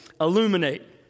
illuminate